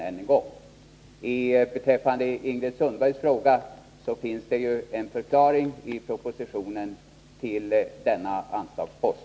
På Ingrid Sundbergs fråga finns ett svar i propositionen under denna anslagspost.